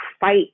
fight